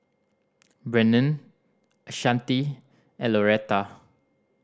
Brennen Ashanti and Loretta